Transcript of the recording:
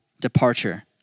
departure